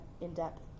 in-depth